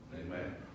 Amen